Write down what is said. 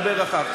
תדבר אחר כך.